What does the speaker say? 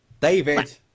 David